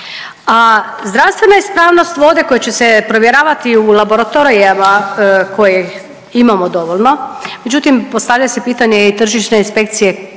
A zdravstvena ispravnost vode koja će se provjeravati u laboratorijima kojih imamo dovoljno, međutim postavlja se pitanje i tržišne inspekcije